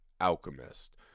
Alchemist